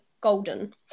Golden